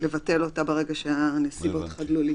לבטל אותה ברגע שהנסיבות חדלו להתקיים.